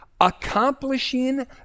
accomplishing